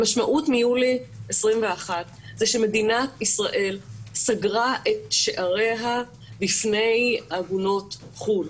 המשמעות מיולי 2021 היא שמדינת ישראל סגרה את שעריה בפני עגונות חו"ל.